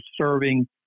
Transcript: serving